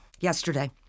Yesterday